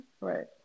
right